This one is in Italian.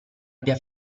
abbia